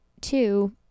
two